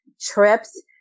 trips